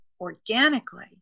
organically